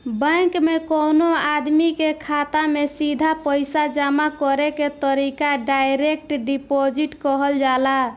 bank में कवनो आदमी के खाता में सीधा पईसा जामा करे के तरीका डायरेक्ट डिपॉजिट कहल जाला